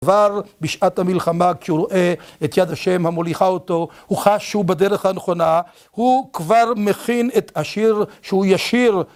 כבר בשעת המלחמה כשהוא רואה את יד השם המוליכה אותו, הוא חש שהוא בדרך הנכונה, הוא כבר מכין את השיר שהוא ישיר